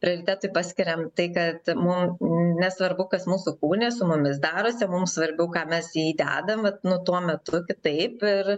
prioritetui paskiriame tai kad mum nesvarbu kas mūsų kūne su mumis darosi mums svarbiau ką mes į jį dedam vat nu tuo metu kitaip ir